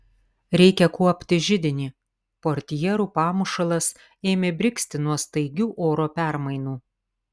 reikia kuopti židinį portjerų pamušalas ėmė brigzti nuo staigių oro permainų